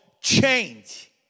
change